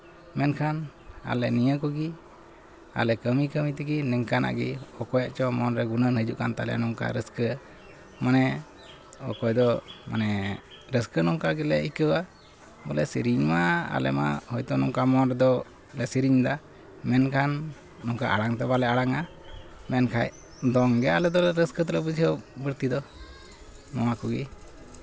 ᱢᱮᱱᱠᱷᱟᱱ ᱟᱞᱮ ᱱᱤᱭᱟᱹ ᱠᱚᱜᱮ ᱟᱞᱮ ᱠᱟᱹᱢᱤ ᱠᱟᱹᱢᱤ ᱛᱮᱜᱮ ᱱᱤᱝᱠᱟᱱᱟᱜ ᱜᱮ ᱚᱠᱚᱭᱟᱜ ᱪᱚᱝ ᱢᱚᱱᱨᱮ ᱜᱩᱱᱟᱹᱱ ᱦᱤᱡᱩᱜ ᱠᱟᱱ ᱛᱟᱞᱮᱭᱟ ᱱᱚᱝᱠᱟ ᱨᱟᱹᱥᱠᱟᱹ ᱢᱟᱱᱮ ᱚᱠᱚᱭ ᱫᱚ ᱢᱟᱱᱮ ᱨᱟᱹᱥᱠᱟᱹ ᱱᱚᱝᱠᱟ ᱜᱮᱞᱮ ᱟᱹᱭᱠᱟᱹᱣᱟ ᱵᱚᱞᱮ ᱥᱮᱨᱮᱧ ᱢᱟ ᱟᱞᱮ ᱢᱟ ᱦᱚᱭᱛᱳ ᱱᱚᱝᱠᱟ ᱢᱚᱱ ᱨᱮᱫᱚ ᱞᱮ ᱥᱮᱨᱮᱧᱫᱟ ᱢᱮᱱᱠᱷᱟᱱ ᱱᱚᱝᱠᱟ ᱟᱲᱟᱝ ᱫᱚ ᱵᱟᱞᱮ ᱟᱲᱟᱝᱟ ᱢᱮᱱᱠᱷᱟᱡ ᱫᱚᱝ ᱜᱮ ᱟᱞᱮ ᱫᱚ ᱨᱟᱹᱥᱠᱟᱹ ᱫᱚᱞᱮ ᱵᱩᱡᱷᱟᱹᱣ ᱵᱟᱹᱲᱛᱤᱫᱟ ᱱᱚᱣᱟ ᱠᱚᱜᱮ